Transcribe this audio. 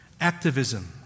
activism